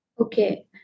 Okay